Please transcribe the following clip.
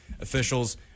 officials